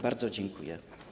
Bardzo dziękuję.